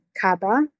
Kaba